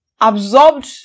absorbed